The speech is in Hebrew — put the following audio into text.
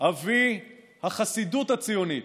אבי החסידות הציונית,